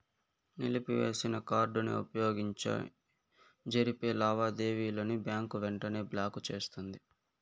నిలిపివేసిన కార్డుని వుపయోగించి జరిపే లావాదేవీలని బ్యాంకు వెంటనే బ్లాకు చేస్తుంది